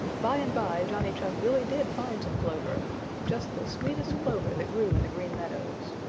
by and by johnny chuck really did find some clover just the sweetest clover that grew in the green meadows.